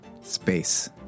space